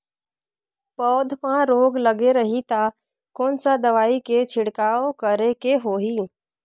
पौध मां रोग लगे रही ता कोन सा दवाई के छिड़काव करेके होही?